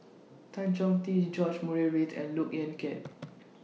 Tan Chong Tee George Murray Reith and Look Yan Kit